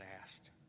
asked